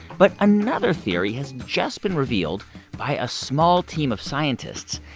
but another theory has just been revealed by a small team of scientists.